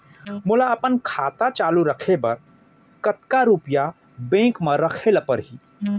मोला अपन खाता चालू रखे बर कतका रुपिया बैंक म रखे ला परही?